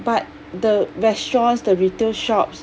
but the restaurants the retail shops